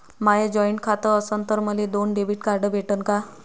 माय joint खातं असन तर मले दोन डेबिट कार्ड भेटन का?